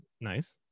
Nice